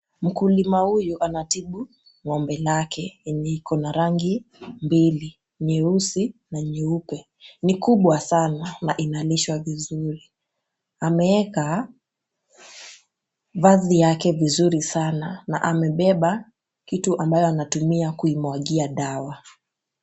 Mkulima huyu anatibu ng'ombe lake lenye iko na rangi mbili, nyeusi na nyeupe. Ni kubwa sana na inalishwa vizuri, ameeka vazi yake vizuri sana na amebeba kitu ambayo anatumia kuimwagia dawa.